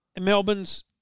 Melbourne's